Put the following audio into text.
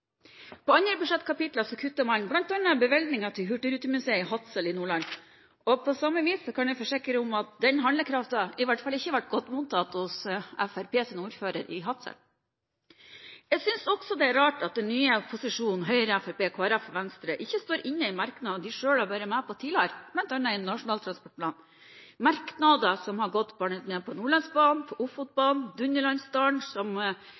På andre budsjettkapitler kutter man bl.a. bevilgningen til Hurtigrutemuseet i Hadsel i Nordland, og på samme vis kan jeg forsikre om at den handlekraften i hvert fall ikke ble godt mottatt hos Fremskrittspartiets ordfører i Hadsel. Jeg synes det er rart at den nye posisjonen, Høyre, Fremskrittspartiet, Kristelig Folkeparti og Venstre, ikke står inne i merknader de selv har vært med på tidligere, bl.a. i Nasjonal transportplan, merknader som bl.a. har gått på Nordlandsbanen, Ofotbanen, Dunderlandsdalen, som er viktig med tanke på